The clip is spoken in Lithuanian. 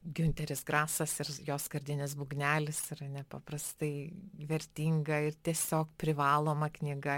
giunteris grasas ir jo skardinis būgnelis yra nepaprastai vertinga ir tiesiog privaloma knyga